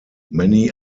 many